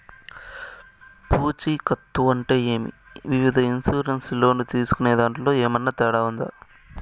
పూచికత్తు అంటే ఏమి? వివిధ ఇన్సూరెన్సు లోను తీసుకునేదాంట్లో ఏమన్నా తేడా ఉందా?